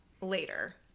later